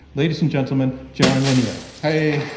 ladies and gentlemen, jaron lanier. hey.